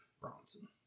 Bronson